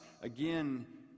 again